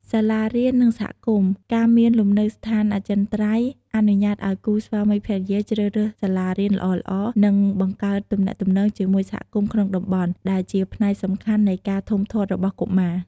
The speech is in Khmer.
សាលារៀន និងសហគមន៍ ការមានលំនៅឋានអចិន្ត្រៃយ៍អនុញ្ញាតឲ្យគូស្វាមីភរិយាជ្រើសរើសសាលារៀនល្អៗ និងបង្កើតទំនាក់ទំនងជាមួយសហគមន៍ក្នុងតំបន់ ដែលជាផ្នែកសំខាន់នៃការធំធាត់របស់កុមារ។